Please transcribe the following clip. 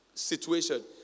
Situation